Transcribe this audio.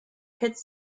kette